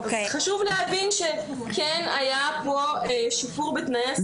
חשוב להבין שכן היה פה שיפור בתנאי השכר,